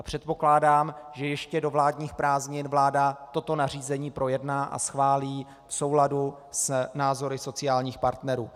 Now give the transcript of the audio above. Předpokládám, že ještě do vládních prázdnin vláda toto nařízení projedná a schválí v souladu s názory sociálních partnerů.